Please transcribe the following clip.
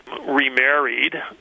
remarried